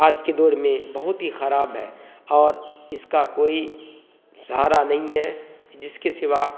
آج کے دور میں بہت ہی خراب ہے اور اس کا کوئی سہارا نہیں ہے جس کے سوا